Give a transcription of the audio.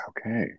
Okay